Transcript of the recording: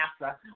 NASA